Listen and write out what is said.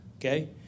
Okay